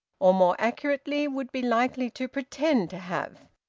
or more accurately would be likely to pretend to have.